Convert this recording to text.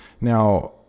now